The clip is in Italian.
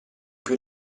più